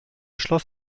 schloss